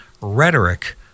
rhetoric